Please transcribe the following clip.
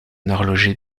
horloger